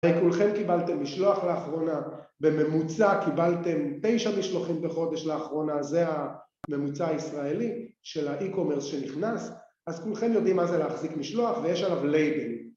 כולכם קיבלתם משלוח לאחרונה בממוצע, קיבלתם תשע משלוחים בחודש לאחרונה זה הממוצע הישראלי של האי-קומרס שנכנס אז כולכם יודעים מה זה להחזיק משלוח ויש עליו לייבל